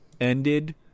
ended